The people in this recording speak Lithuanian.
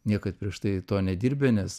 niekad prieš tai to nedirbę nes